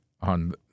on